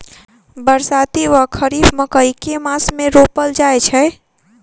बरसाती वा खरीफ मकई केँ मास मे रोपल जाय छैय?